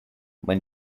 when